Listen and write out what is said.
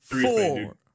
Four